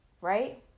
right